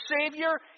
Savior